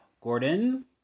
Gordon